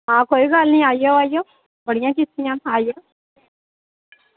हां कोई गल्ल निं आई जाओ आई जाओ बड़ियां किश्तियां आई जाओ